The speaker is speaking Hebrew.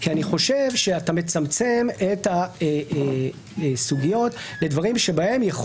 אני חושב שאתה מצמצם את הסוגיות לדברים שבהם יכול